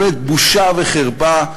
באמת, בושה וחרפה.